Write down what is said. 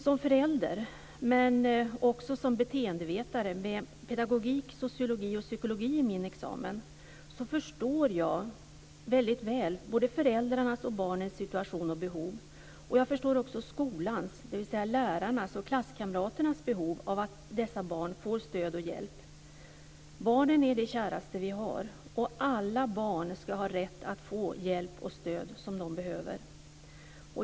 Som förälder, men också som beteendevetare med pedagogik, sociologi och psykologi i min examen, förstår jag väldigt väl både föräldrarnas och barnens situation och behov. Jag förstår också skolans, dvs. lärarnas och klasskamraternas, behov av att dessa barn får stöd och hjälp. Barnen är det käraste vi har, och alla barn skall ha rätt att få den hjälp och det stöd som de behöver.